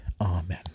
Amen